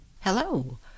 Hello